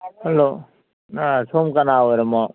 hello ꯁꯣꯝ ꯀꯅꯥ ꯑꯣꯏꯔꯕꯅꯣ